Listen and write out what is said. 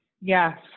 Yes